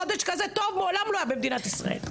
חודש כזה טוב מעולם לא היה במדינת ישראל,